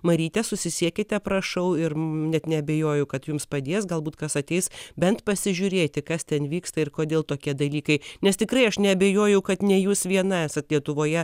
maryte susisiekite prašau ir net neabejoju kad jums padės galbūt kas ateis bent pasižiūrėti kas ten vyksta ir kodėl tokie dalykai nes tikrai aš neabejoju kad ne jūs viena esat lietuvoje